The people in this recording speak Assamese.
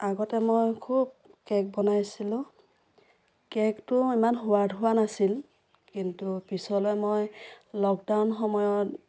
আগতে মই খুব কেক বনাইছিলোঁ কেকটো ইমান সোৱাদ হোৱা নাছিল কিন্তু পিছলৈ মই লকডাউন সময়ত